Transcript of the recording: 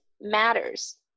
matters